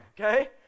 okay